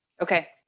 Okay